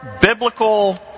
biblical